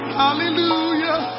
hallelujah